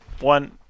one